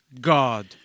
God